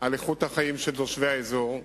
על איכות החיים של תושבי האזור.